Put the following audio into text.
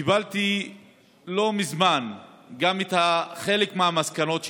וקיבלתי לא מזמן חלק ממסקנות הוועדה.